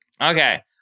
Okay